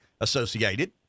associated